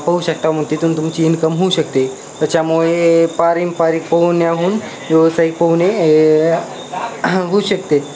पोहू शकता मग तिथून तुमची इनकम होऊ शकते त्याच्यामुळे पारंपरिक पोहण्याहून व्यवसायिक पोहणे हे होऊ शकते